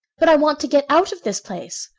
but i want to get out of this place.